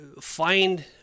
find